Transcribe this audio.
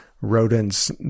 rodents